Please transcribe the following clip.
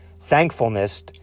thankfulness